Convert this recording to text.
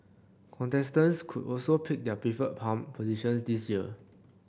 contestants could also pick their preferred palm positions this year